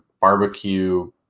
barbecue